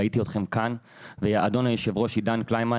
ראיתי אתכם כאן והאדון היושב ראש עידן קלימן